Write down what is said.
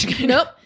nope